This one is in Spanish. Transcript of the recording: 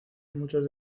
muchos